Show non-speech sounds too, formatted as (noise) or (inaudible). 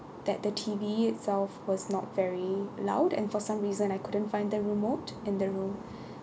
that the T_V itself was not very loud and for some reason I couldn't find the remote in the room (breath)